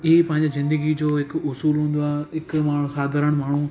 इहो पंहिंजी ज़िंदगी जो हिकु उसूलु हूंदो आहे हिकु मां साधारण माण्हू